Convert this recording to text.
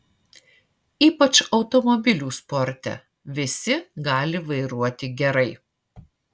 ypač automobilių sporte visi gali vairuoti gerai